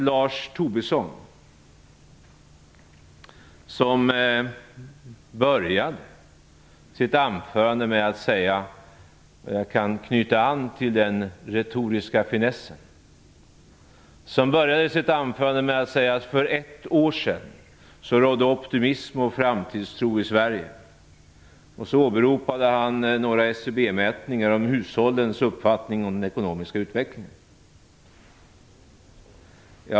Lars Tobisson började sitt anförande med att säga - jag kan knyta an till den retoriska finessen - att det för ett år sedan rådde optimism och framtidstro i Sverige. Han åberopade några SCB-mätningar om hushållens uppfattning om den ekonomiska utvecklingen.